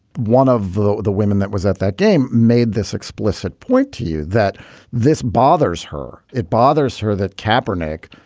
one of the the women that was at that game made this explicit point to you that this bothers her. it bothers her that kapper, nick,